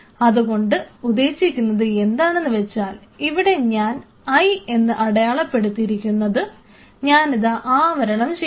അതുകൊണ്ട് ഉദ്ദേശിക്കുന്നത് എന്താണെന്ന് വെച്ചാൽ ഇവിടെ ഞാൻ l എന്ന് അടയാളപ്പെടുത്തിയിരിക്കുന്നത് ഞാനിതാ ആവരണം ചെയ്യുന്നു